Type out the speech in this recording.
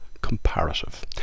comparative